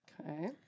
Okay